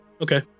Okay